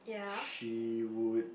she would